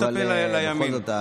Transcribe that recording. אבל בכל זאת,